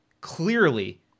clearly